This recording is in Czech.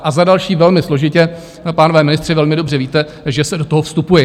A za další, velmi složitě, pánové ministři, velmi dobře víte, že se do toho vstupuje.